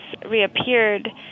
Reappeared